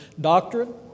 doctrine